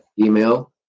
email